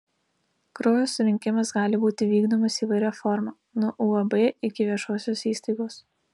kraujo surinkimas gali būti vykdomas įvairia forma nuo uab iki viešosios įstaigos